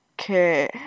Okay